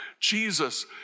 Jesus